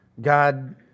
God